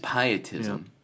pietism